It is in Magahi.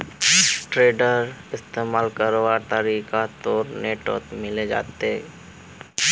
टेडरेर इस्तमाल करवार तरीका तोक नेटत मिले जई तोक